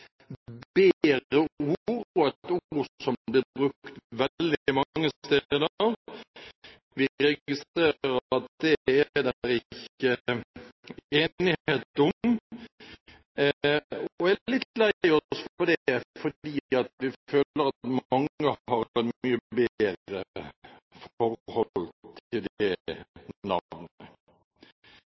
bedre ord og et ord som blir brukt veldig mange steder. Vi registrerer at det er det ikke enighet om. Vi er litt lei oss for det, for vi føler at mange har et mye bedre forhold til det